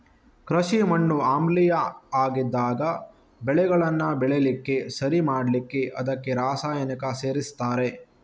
ಕೃಷಿ ಮಣ್ಣು ಆಮ್ಲೀಯ ಆಗಿದ್ದಾಗ ಬೆಳೆಗಳನ್ನ ಬೆಳೀಲಿಕ್ಕೆ ಸರಿ ಮಾಡ್ಲಿಕ್ಕೆ ಅದಕ್ಕೆ ರಾಸಾಯನಿಕ ಸೇರಿಸ್ತಾರೆ